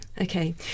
okay